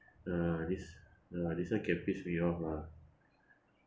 uh this uh this one can piss me off ah